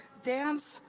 dance,